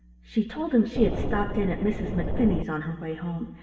she told him she had stopped in at mrs. mcfinney's on her way home,